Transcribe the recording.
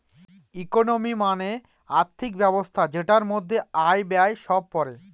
economy মানে আর্থিক ব্যবস্থা যেটার মধ্যে আয়, ব্যয় সব পড়ে